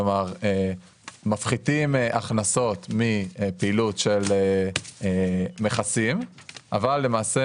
כלומר מפחיתים הכנסות מפעילות של מכסים אבל למעשה